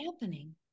happening